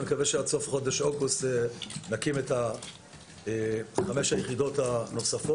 אני מקווה שעד סוף חודש אוגוסט נקים את חמש היחידות הנוספות.